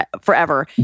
forever